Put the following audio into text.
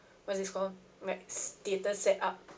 what's this called max theater set up